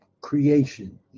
creation